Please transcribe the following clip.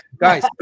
guys